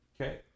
Okay